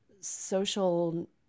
social